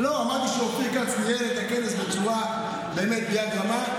אמרתי שאופיר כץ ניהל את הכנס באמת ביד רמה,